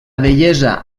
vellesa